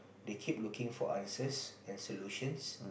they keep looking for answers and solutions